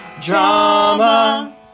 Drama